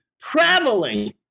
traveling